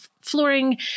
flooring